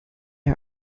are